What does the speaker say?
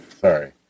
Sorry